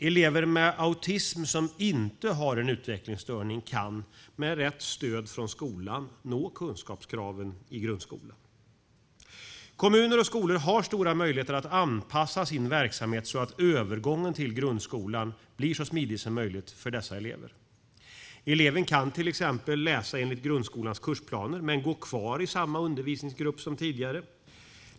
Elever med autism som inte har en utvecklingsstörning kan, med rätt stöd från skolan, nå kunskapskraven i grundskolan. Kommuner och skolor har stora möjligheter att anpassa sin verksamhet så att övergången till grundskolan blir så smidig som möjligt för dessa elever. Eleven kan till exempel läsa enligt grundskolans kursplaner, men gå kvar i samma undervisningsgrupp som tidigare.